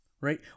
right